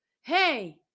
hey